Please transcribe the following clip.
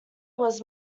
was